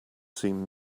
seen